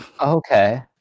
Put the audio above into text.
Okay